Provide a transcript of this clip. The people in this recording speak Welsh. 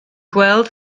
gweld